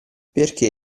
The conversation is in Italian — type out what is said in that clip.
perché